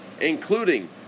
including